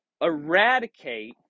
eradicate